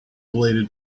bladed